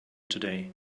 today